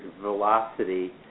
velocity